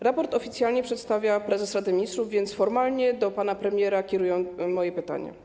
Raport oficjalnie przedstawia prezes Rady Ministrów, więc formalnie do pana premiera kieruję moje pytania.